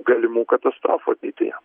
galimų katastrofų ateityje